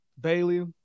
Bailey